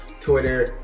twitter